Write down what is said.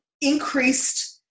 increased